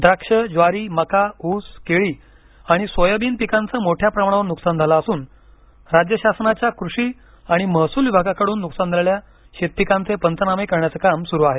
द्राक्ष ज्वारी मका ऊस केळी आणि सोयाबीन पिकांचं मोठ्या प्रमाणावर नुकसान झालं असून राज्य शासनाच्या कृषी आणि महसूल विभागाकडून नुकसान झालेल्या शेतपिकांचे पंचनामे करण्याचं काम सुरू आहे